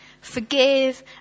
forgive